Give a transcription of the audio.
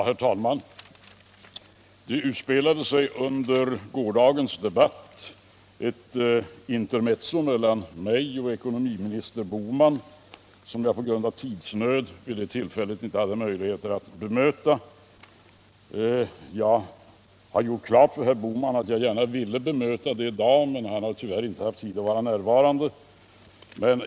Herr talman! Det utspelade sig under gårdagens debatt ett intermezzo mellan mig och ekonomiminister Bohman som jag på grund av tidsbrist vid det tillfället inte hade möjlighet att kommentera. Jag har gjort klart för herr Bohman att jag gärna ville bemöta honom i dag, men han har tyvärr inte haft tid att vara närvarande.